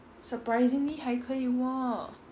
surprisingly 还可以 wor